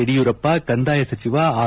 ಯಡಿಯೂರಪ್ಪ ಕಂದಾಯ ಸಚಿವ ಆರ್